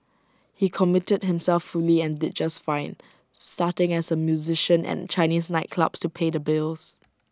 he committed himself fully and did just fine starting as A musician at Chinese nightclubs to pay the bills